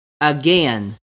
Again